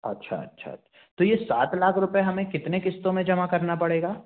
अच्छा अच्छा अच्छा तो यह सात लाख रुपये हमें कितनी किश्तों में जमा करना पड़ेगा